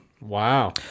Wow